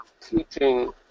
teaching